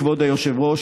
כבוד היושב-ראש,